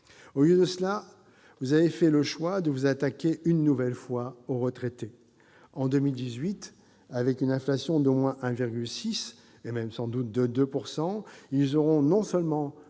Au lieu de cela, vous avez fait le choix de vous attaquer, une nouvelle fois, aux retraités. En 2018, avec une inflation d'au moins 1,6 %, et même sans doute de 2 %, ces derniers auront non seulement